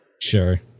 Sure